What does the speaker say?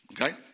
Okay